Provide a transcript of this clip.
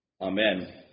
Amen